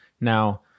now